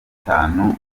bitanu